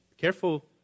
Careful